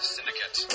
Syndicate